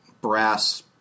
brass